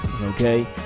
Okay